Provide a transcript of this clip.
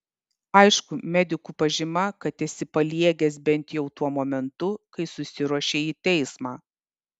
aišku medikų pažyma kad esi paliegęs bent jau tuo momentu kai susiruošei į teismą